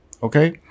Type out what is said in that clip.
Okay